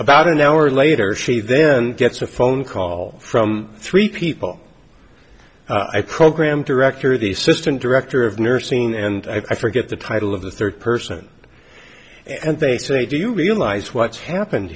about an hour later she then gets a phone call from three people i program director the system director of nursing and i forget the title of the third person and they say do you realize what's happened